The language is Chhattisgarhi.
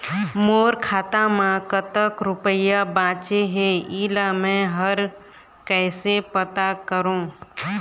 मोर खाता म कतक रुपया बांचे हे, इला मैं हर कैसे पता करों?